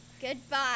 Goodbye